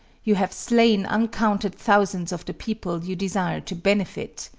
you have slain uncounted thousands of the people you desire to benefit.